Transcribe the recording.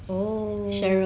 oh